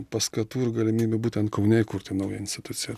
paskatų ir galimybių būtent kaune įkurti naują instituciją